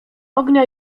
ognia